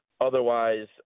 Otherwise